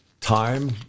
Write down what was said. time